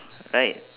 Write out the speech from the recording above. right